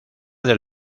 del